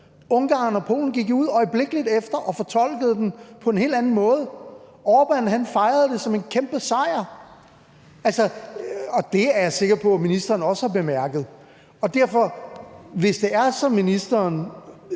Ungarn og Polen gik jo ud øjeblikkeligt efter og fortolkede den på en helt anden måde. Orbán fejrede det som en kæmpe sejr, og det er jeg sikker på at ministeren også har bemærket. Derfor: Hvis det er, som ministeren